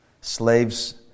Slaves